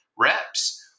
reps